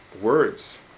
words